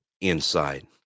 inside